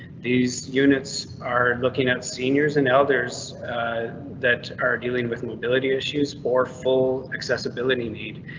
these units are looking at seniors and elders that are dealing with mobility issues or full accessibility need.